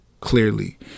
clearly